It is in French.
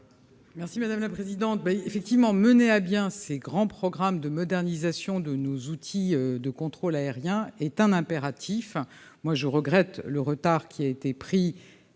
Merci madame la présidente, Bailly effectivement mener à bien ces grands programmes de modernisation de nos outils de contrôle aérien est un impératif, moi je regrette le retard qui a été pris